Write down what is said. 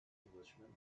englishman